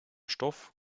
stoff